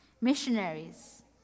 missionaries